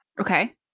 Okay